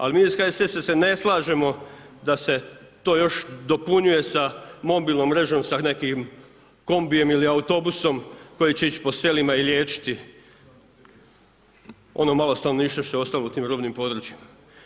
Ali mi iz HSS-a se ne slažemo da se to još dopunjuje sa mobilnom mrežom, sa nekim kombijem ili autobusom, koji će ići sa selima i liječiti ono malo stanovništva što je ostalo u tim rubnim područjima.